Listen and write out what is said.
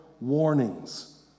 warnings